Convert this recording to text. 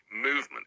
movement